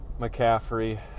McCaffrey